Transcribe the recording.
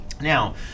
Now